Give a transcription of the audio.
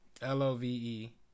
L-O-V-E